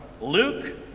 Luke